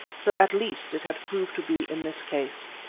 so at least it had proved to be in this case.